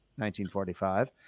1945